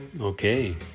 Okay